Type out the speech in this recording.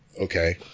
okay